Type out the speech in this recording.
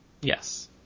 Yes